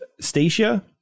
Stacia